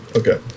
okay